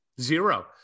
zero